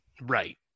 Right